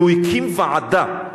והוא הקים ועדה.